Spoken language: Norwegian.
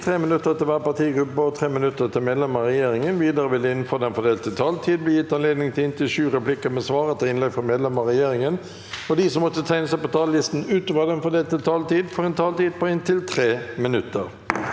3 minutter til hver partigruppe og 3 minutter til medlemmer av regjeringen. Videre vil det – innenfor den fordelte taletid – bli gitt anledning til inntil sju replikker med svar etter innlegg av medlemmer av regjeringen, og de som måtte tegne seg på talerlisten utover den fordelte taletid, får også en taletid på inntil 3 minutter.